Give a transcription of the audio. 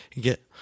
Get